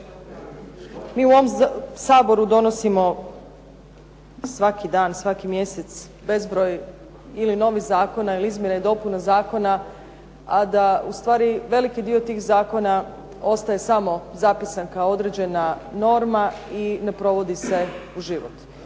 mi u ovom Saboru donosimo svaki dan, svaki mjesec bezbroj ili novih zakona ili izmjena i dopune zakona, a da ustvari veliki dio tih zakona ostaje samo zapisan kao određena norma i ne provodi se u život.